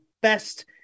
best